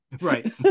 Right